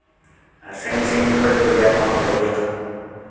ᱟᱨ ᱥᱟᱺᱜᱤᱧ ᱥᱟᱺᱜᱤᱧ ᱠᱷᱚᱡ ᱯᱞᱮᱭᱟᱨ ᱠᱚᱦᱚᱸ ᱠᱚ ᱦᱟᱡᱩᱜᱼᱟ